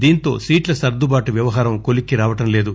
దీంతో సీట్ల సర్దుబాటు వ్యవహారం కొలిక్కి రావడం లేదు